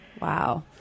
wow